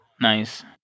Nice